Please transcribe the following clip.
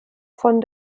von